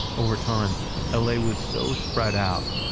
over time l a. was so spread out,